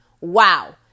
Wow